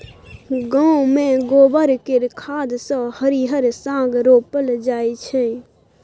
गांव मे गोबर केर खाद सँ हरिहर साग रोपल जाई छै